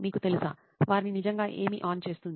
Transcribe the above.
మీకు తెలుసా వారిని నిజంగా ఏమి ఆన్ చేస్తుంది